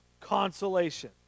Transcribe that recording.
consolation